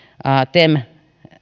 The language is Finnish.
tem